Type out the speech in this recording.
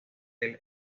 del